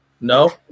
No